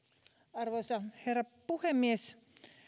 arvoisa herra puhemies